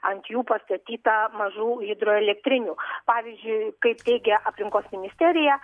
ant jų pastatyta mažų hidroelektrinių pavyzdžiui kaip teigia aplinkos ministerija